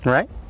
Right